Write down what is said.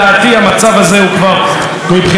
מבחינת מפלגת העבודה,